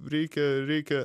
reikia reikia